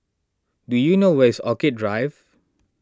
do you know where is Orchid Drive